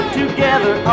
together